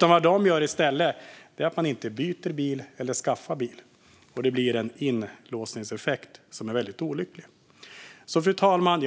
Vad man då gör i stället är att man avstår från att byta bil eller inte skaffar bil alls. Det blir en inlåsningseffekt som är väldigt olycklig. Fru talman!